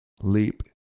leap